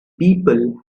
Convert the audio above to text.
people